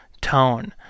tone